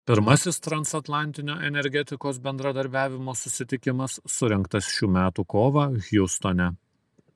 pirmasis transatlantinio energetikos bendradarbiavimo susitikimas surengtas šių metų kovą hjustone